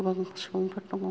गोबां सुबुंफोर दङ